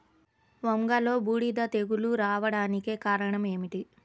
వంగలో బూడిద తెగులు రావడానికి కారణం ఏమిటి?